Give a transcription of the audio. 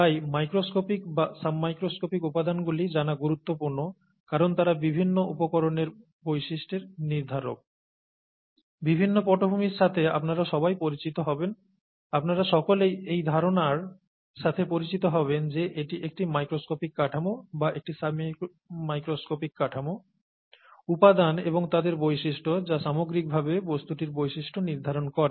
তাই মাইক্রোস্কোপিক বা sub microscopic উপাদানগুলি জানা গুরুত্বপূর্ণ কারণ তারা বিভিন্ন উপকরণের বৈশিষ্ট্যের নির্ধারক বিভিন্ন পটভূমির সাথে আপনারা সবাই পরিচিত হবেন আপনারা সকলেই এই ধারণার সাথে পরিচিত হবেন যে এটি একটি মাইক্রোস্কোপিক কাঠামো বা একটি সাব মাইক্রোস্কোপিক কাঠামো উপাদান এবং তাদের বৈশিষ্ট্য যা সামগ্রিকভাবে বস্তুটির বৈশিষ্ট্য নির্ধারণ করে